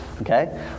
Okay